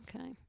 Okay